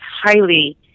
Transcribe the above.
highly